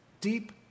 Deep